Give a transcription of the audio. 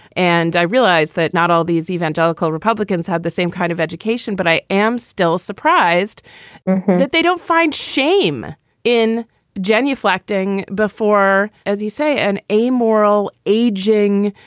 and i realized that not all these evangelical republicans have the same kind of education but i am still surprised that they don't find shame in genuflecting before, as you say, an amoral aging,